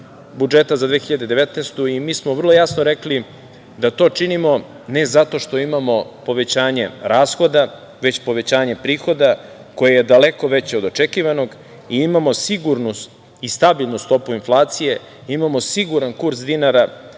budžeta za 2019. godinu i mi smo vrlo jasno rekli da to činimo ne zato što imamo povećanje rashoda, već povećanje prihoda, koje je daleko veće od očekivanog, i imamo sigurnu i stabilnu stopu inflacije, imamo siguran kurs dinara